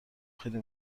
خیلی